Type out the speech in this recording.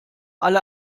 alle